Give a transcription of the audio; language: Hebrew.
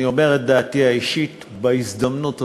אני אומר את דעתי האישית בהזדמנות הזו.